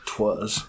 Twas